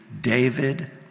David